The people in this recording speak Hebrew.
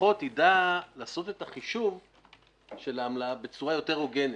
שלפחות יידע לעשות את החישוב של העמלה בצורה יותר הוגנת.